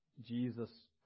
Jesus